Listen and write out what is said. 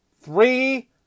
Three